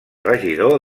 regidor